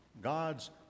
god's